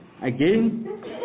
Again